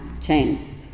chain